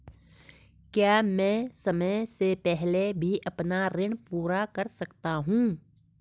क्या मैं समय से पहले भी अपना ऋण पूरा कर सकता हूँ?